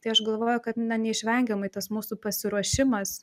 tai aš galvoju kad neišvengiamai tas mūsų pasiruošimas